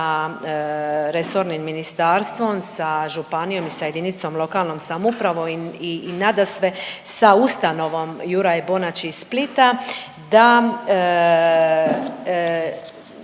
sa resornim ministarstvom, sa županijom i sa jedinicom lokalnom samoupravom i nadasve sa ustanovom Juraj Bonači iz Splita da